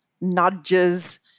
nudges